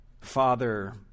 father